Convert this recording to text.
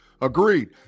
agreed